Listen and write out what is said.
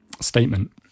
statement